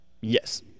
Yes